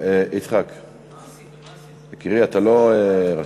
יצחק, יקירי, אתה לא רשום.